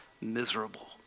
miserable